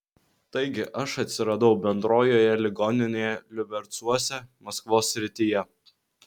taigi aš atsiradau bendrojoje ligoninėje liubercuose maskvos srityje